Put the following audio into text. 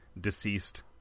deceased